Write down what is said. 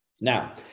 Now